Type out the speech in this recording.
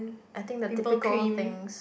I think the typical things